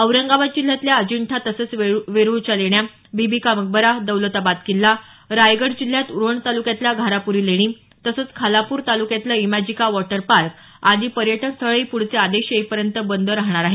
औरंगाबाद जिल्ह्यातल्या अजिंठा तसंच वेरुळच्या लेण्या बिबी का मकबरा दौलताबाद किल्ला रायगड जिल्ह्यात उरण तालुक्यातल्या घारापुरी लेणी तसंच खालापूर तालुक्यातलं इमॅजिका वॉटर पार्क आदी पर्यटन स्थळंही प्रढचे आदेश येईपर्यंत बंद राहणार आहेत